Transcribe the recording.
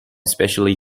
especially